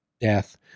death